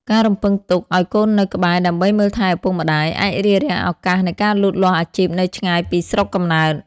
ការរំពឹងទុកឱ្យកូននៅក្បែរដើម្បីមើលថែឪពុកម្តាយ អាចរារាំងឱកាសនៃការលូតលាស់អាជីពនៅឆ្ងាយពីស្រុកកំណើត។